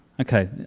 Okay